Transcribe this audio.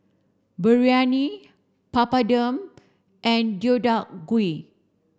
Biryani Papadum and Deodeok Gui